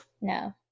No